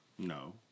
No